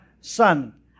son